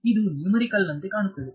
ಇದು ನುಮೇರಿಕಲ್ ನಂತೆ ಕಾಣುತ್ತದೆ